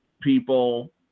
people